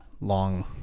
long